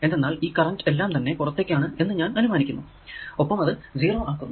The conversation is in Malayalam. എന്തെന്നാൽ ഈ കറന്റ് എല്ലാം തന്നെ പുറത്തേക്കാണ് എന്ന് ഞാൻ അനുമാനിക്കുന്നു ഒപ്പം അത് 0 ആക്കുന്നു